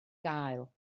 gael